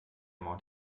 mount